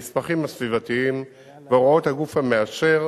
הנספחים הסביבתיים והוראות הגוף המאשר